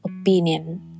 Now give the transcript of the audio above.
opinion